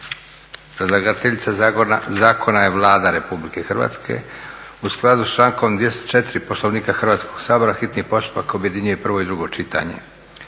Predlagateljica zakona je Vlada Republike Hrvatske. U skladu s člankom 204. Poslovnika Hrvatskog sabora hitni postupak objedinjuje prvo i drugo čitanje.